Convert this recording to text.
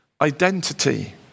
identity